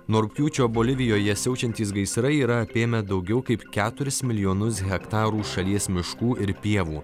nuo rugpjūčio bolivijoje siaučiantys gaisrai yra apėmę daugiau kaip keturis milijonus hektarų šalies miškų ir pievų